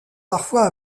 parfois